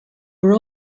were